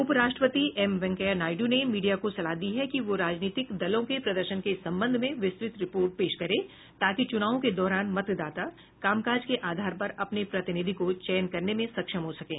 उप राष्ट्रपति एम वेंकैया नायडू ने मीडिया को सलाह दी है कि वह राजनीतिक दलों के प्रदर्शन के संबंध में विस्तृत रिपोर्ट पेश करे ताकि चुनावों के दौरान मतदाता कामकाज के आधार पर अपने प्रतिनिधि को चयन करने में सक्षम हो सकें